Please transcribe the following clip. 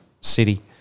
city